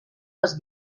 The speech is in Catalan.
les